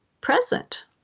present